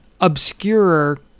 obscure